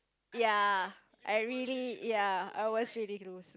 ya I really ya I was really lose